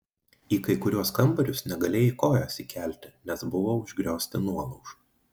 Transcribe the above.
į kai kuriuos kambarius negalėjai kojos įkelti nes buvo užgriozti nuolaužų